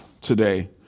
today